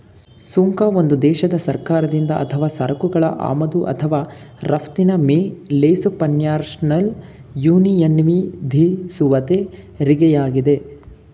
ಸುಂಕ ಒಂದು ದೇಶದ ಸರ್ಕಾರದಿಂದ ಅಥವಾ ಸರಕುಗಳ ಆಮದು ಅಥವಾ ರಫ್ತಿನ ಮೇಲೆಸುಪರ್ನ್ಯಾಷನಲ್ ಯೂನಿಯನ್ವಿಧಿಸುವತೆರಿಗೆಯಾಗಿದೆ